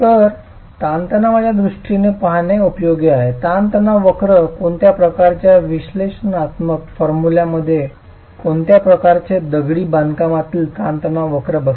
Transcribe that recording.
तर ताणतणावाच्या दृष्टीने पाहणे उपयोगी आहे ताण ताण वक्र कोणत्या प्रकारच्या विश्लेषणात्मक फॉर्म्युलेशनमध्ये कोणत्या प्रकारचे दगडी बांधकामातील तणाव ताण वक्र बसते